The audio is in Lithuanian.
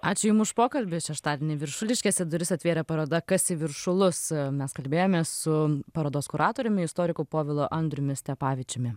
ačiū jums už pokalbį šeštadienį viršuliškėse duris atvėrė paroda kas į viršulus mes kalbėjomės su parodos kuratoriumi istoriku povilu andriumi stepavičiumi